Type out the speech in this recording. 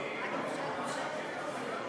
עד עשר דקות.